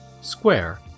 square